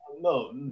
No